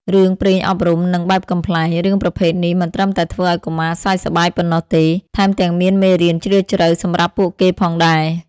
រឿងព្រេងអប់រំ និងបែបកំប្លែង រឿងប្រភេទនេះ មិនត្រឹមតែធ្វើឱ្យកុមារសើចសប្បាយប៉ុណ្ណោះទេ ថែមទាំងមានមេរៀនជ្រាលជ្រៅសម្រាប់ពួកគេផងដែរ។